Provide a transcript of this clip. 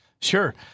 Sure